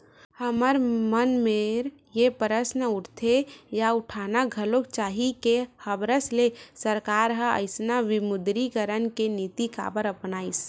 हमर मन मेर ये प्रस्न उठथे या उठाना घलो चाही के हबरस ले सरकार ह अइसन विमुद्रीकरन के नीति काबर अपनाइस?